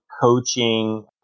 coaching